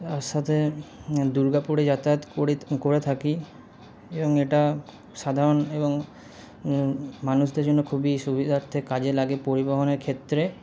তার সাথে দুর্গাপুরে যাতায়াত করে থাকি এবং এটা সাধারণ এবং মানুষদের জন্য খুবই সুবিধার্থে কাজে লাগে পরিবহনের ক্ষেত্রে